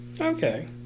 Okay